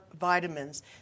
vitamins